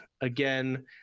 again